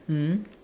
mmhmm